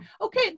okay